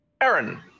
Aaron